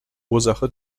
ursache